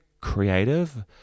creative